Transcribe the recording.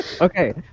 Okay